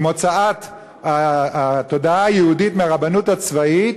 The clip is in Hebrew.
עם הוצאת התודעה היהודית מהרבנות הצבאית.